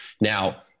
Now